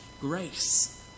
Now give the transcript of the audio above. grace